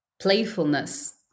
playfulness